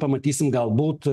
pamatysim galbūt